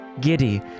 Giddy